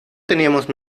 teníamos